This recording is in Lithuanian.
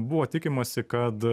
buvo tikimasi kad